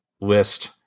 list